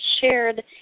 shared